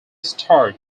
starred